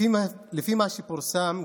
לפי מה שפורסם,